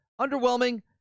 underwhelming